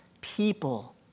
people